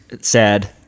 sad